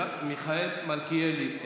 מיכאל מלכיאלי,